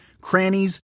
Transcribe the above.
crannies